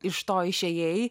iš to išėjai